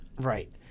Right